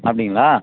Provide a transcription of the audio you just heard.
அப்படிங்களா